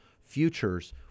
futures